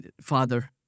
father